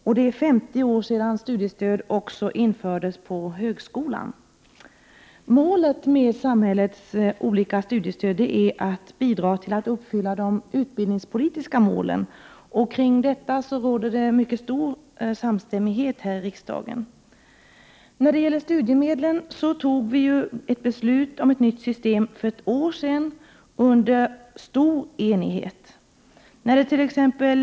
För 50 år sedan infördes studiestödet också på högskolan. Syftet med samhällets olika studiestöd är att bidra till att uppnå de utbildningspolitiska målen. Kring detta råder en mycket stor samstämmighet här i riksdagen. När det gäller studiemedlen fattade riksdagen för ett år sedan under stor enighet ett beslut om ett nytt system.